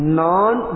non